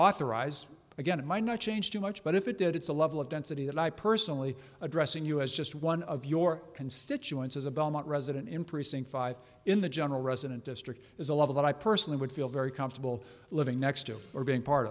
authorize again it might not change too much but if it did it's a level of density that i personally addressing us just one of your constituents as a belmont resident in precinct five in the general resident district is a level that i personally would feel very comfortable living next to or being part